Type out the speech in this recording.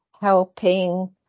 helping